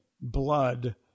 blood